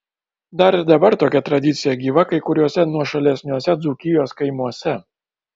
dar ir dabar tokia tradicija gyva kai kuriuose nuošalesniuose dzūkijos kaimuose